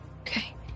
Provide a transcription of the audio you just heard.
Okay